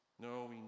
No